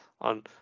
On